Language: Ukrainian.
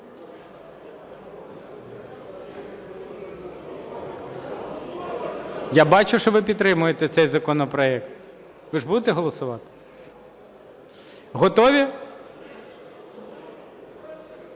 Я бачу, що ви підтримуєте цей законопроект. Ви ж будете голосувати? Готові?